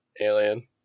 Alien